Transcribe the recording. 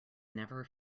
never